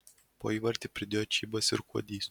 po įvartį pridėjo čybas ir kuodys